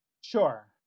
Sure